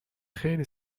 خیلی